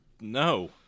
no